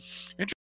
Interesting